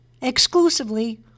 exclusively